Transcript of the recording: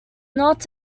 not